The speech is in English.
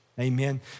Amen